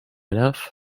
enough